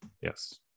Yes